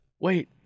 wait